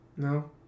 No